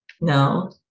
No